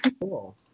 Cool